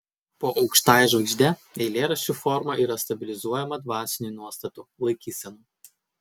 po aukštąja žvaigžde eilėraščių forma yra stabilizuojama dvasinių nuostatų laikysenų